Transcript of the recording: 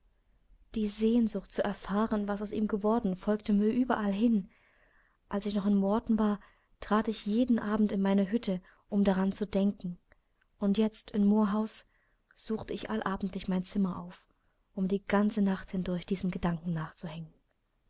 die sehnsucht zu erfahren was aus ihm geworden folgte mir überall hin als ich noch in morton war trat ich jeden abend in meine hütte um daran zu denken und jetzt in moor house suchte ich allabendlich mein zimmer auf um die ganze nacht hindurch diesem gedanken nachzuhängen